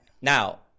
Now